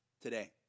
today